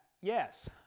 Yes